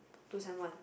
two sem one